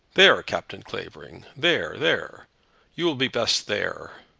there, captain clavering there there you will be best there.